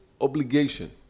obligation